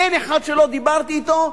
אין אחד שלא דיברתי אתו,